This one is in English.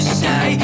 say